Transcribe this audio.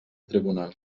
tribunal